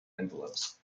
envelopes